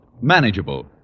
manageable